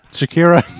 Shakira